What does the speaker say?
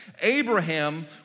Abraham